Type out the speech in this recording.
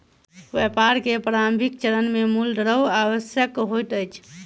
व्यापार के प्रारंभिक चरण मे मूल द्रव्य आवश्यक होइत अछि